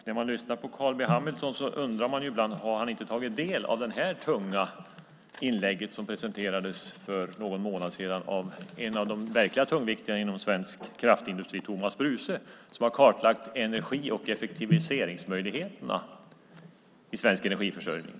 När man lyssnar på Carl B Hamilton undrar man om han inte tagit del av det tunga inlägg som presenterades för någon månad sedan av en av de verkliga tungviktarna inom svensk kraftindustri, Tomas Bruce, som kartlagt energi och effektiviseringsmöjligheterna i svensk energiförsörjning.